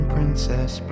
Princess